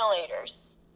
ventilators